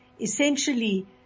essentially